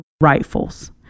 rifles